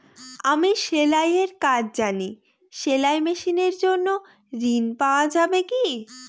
আমি সেলাই এর কাজ জানি সেলাই মেশিনের জন্য ঋণ পাওয়া যাবে কি?